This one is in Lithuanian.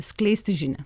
skleisti žinią